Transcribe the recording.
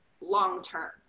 long-term